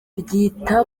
ryita